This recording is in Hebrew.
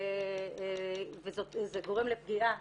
וזה גורם לפגיעה